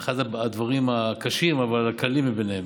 אחד הדברים הקשים, אבל הקלים מביניהם.